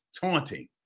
taunting